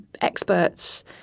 experts